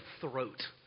throat